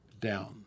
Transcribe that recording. down